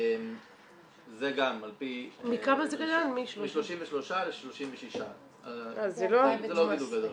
זה גם על פי -- זה לא -- זה לא גידול גדול,